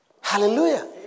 Hallelujah